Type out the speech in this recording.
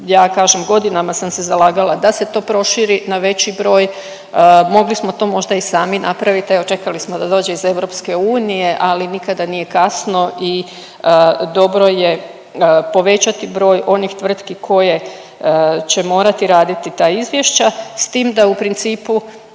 ja kažem godinama sam se zalagala da se to proširi na veći broj. Mogli smo to možda i sami napravit, evo čekali smo da dođe iz EU ali nikada nije kasno i dobro je povećati broj onih tvrtki koje će morati raditi ta izvješća, s tim da u principu